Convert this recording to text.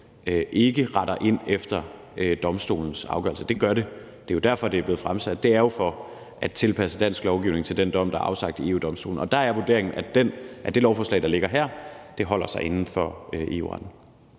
ikke retter ind efter Domstolens afgørelse. Det gør det, og det er jo derfor, at det er blevet fremsat; det er jo for at tilpasse dansk lovgivning til den dom, der er afsagt ved EU-Domstolen. Og der er vurderingen, at det lovforslag, der ligger her, holder sig inden for EU-retten.